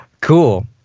Cool